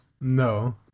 No